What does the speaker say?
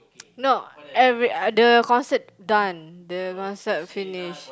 no average the concert done the concert finish